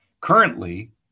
Currently